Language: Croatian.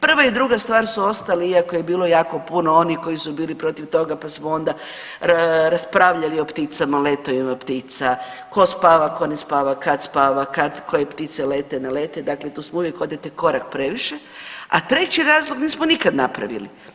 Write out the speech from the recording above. Prva i druga stvar su ostali iako je bilo jako puno onih koji su bili protiv toga pa samo onda raspravljali o pticama, letovima ptica, tko spava, tko ne spava, kad spava, kad koje ptice lete, ne lete, dakle smo uvijek odete korak previše, a treći razlog nismo nikad napravili.